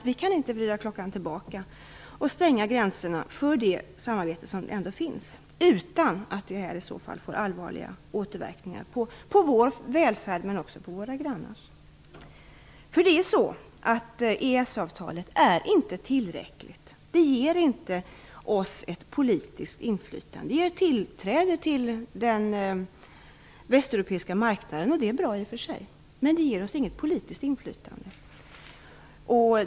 Vi kan inte vrida klockan tillbaka och stänga gränserna för det samarbete som ändå finns utan att detta i så fall får allvarliga återverkningar på vår och våra grannars välfärd. EES-avtalet är inte tillräckligt. Det ger oss inte ett politiskt inflytande. Det ger tillträde till den västeuropeiska marknaden, och det är i och för sig bra. Men avtalet ger oss inte något politiskt inflytande.